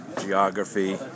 geography